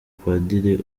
padiri